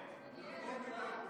הזמן מתנגדים?